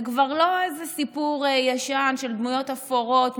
זה כבר לא איזה סיפור ישן של דמויות אפורות,